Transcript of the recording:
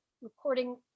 recording